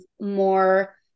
more